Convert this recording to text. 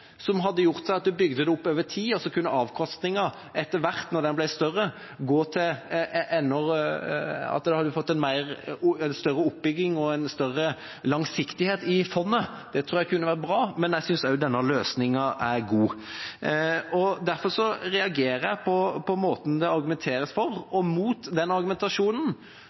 som hadde blitt bygd opp over tid, og da med en avkastning etter hvert som en hadde fått en større oppbygging og en større langsiktighet i fondet. Det tror jeg kunne vært bra, men jeg syns også denne løsninga er god. Derfor reagerer jeg på måten det argumenteres for, og mot den argumentasjonen